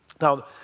Now